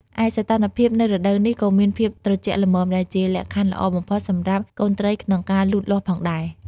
ឯសីតុណ្ហភាពនៅរដូវនេះក៏មានភាពត្រជាក់ល្មម ដែលជាលក្ខខណ្ឌល្អបំផុតសម្រាប់កូនត្រីក្នុងការលូតលាស់ផងដែរ។